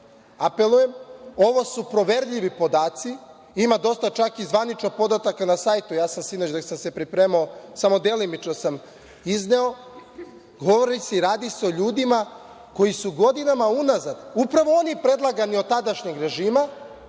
apelujem, ovo su poverljivi podaci, ima dosta i zvaničnih podataka na sajtu, sinoć dok sam se pripremao, samo sam delimično izneo, govori se i radi se o ljudima koji su godinama unazad, upravo oni predlagani od tadašnjeg režima,